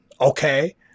Okay